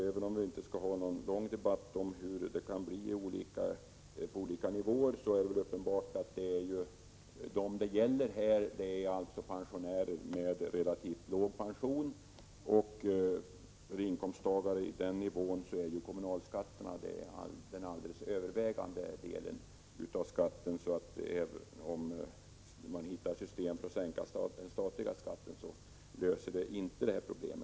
Även om vi inte skall ha någon lång debatt om konsekvenserna på olika nivåer, vill jag betona att det i detta fall gäller pensionärer med relativt låg pension. För inkomsttagare på den nivån utgör kommunalskatten den övervägande delen av skatten. Att sänka den statliga skatten löser alltså inte pensionärernas problem.